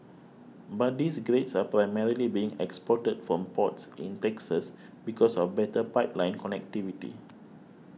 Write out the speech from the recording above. but these grades are primarily being exported from ports in Texas because of better pipeline connectivity